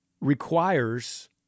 requires